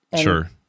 Sure